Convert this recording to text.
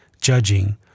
judging